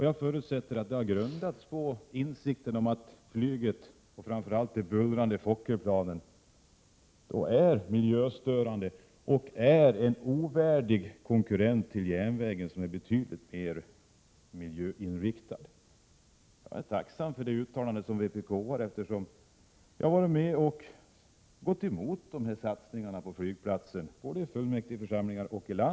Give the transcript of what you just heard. Jag förutsätter att det har grundats på insikten om att flyget, framför allt de bullrande Fokkerplanen, är miljöstörande och är en ovärdig konkurrent till järnvägen, som är betydligt mer miljöinriktad. Jag är som vpk-are tacksam för det uttalandet, eftersom jag har gått emot satsningarna på flygplatsen både i fullmäktigeförsamlingar och i landstinget. Prot.